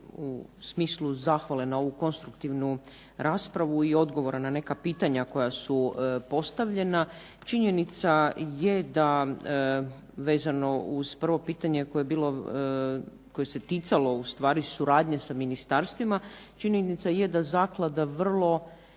u smislu zahvale na ovu konstruktivnu raspravu i odgovora na neka pitanja koja su postavljena. Činjenica je da vezano uz prvo pitanje koje se ticalo suradnje sa ministarstvima, činjenica je da zaklada pomno